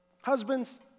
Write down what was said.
Husbands